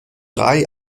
drei